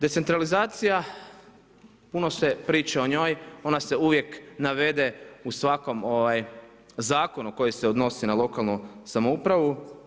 Decentralizacija puno se priča o njoj, ona se uvijek navede u svakom zakonu koji se odnosi na lokalnu samoupravu.